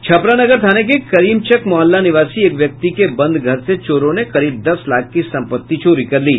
छपरा नगर थाने के करीमचक मोहल्ला निवासी एक व्यक्ति के बंद घर से चोरों ने करीब दस लाख की संपत्ति चोरी कर ली